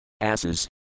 Asses